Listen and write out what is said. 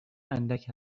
اندک